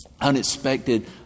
unexpected